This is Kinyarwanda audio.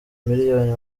miliyoni